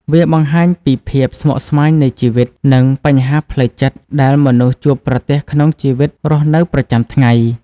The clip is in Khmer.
វាបង្ហាញពីភាពស្មុគស្មាញនៃជីវិត និងបញ្ហាផ្លូវចិត្តដែលមនុស្សជួបប្រទះក្នុងជីវិតរស់នៅប្រចាំថ្ងៃ។